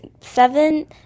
seven